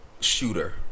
shooter